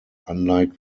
unlike